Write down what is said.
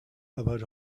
about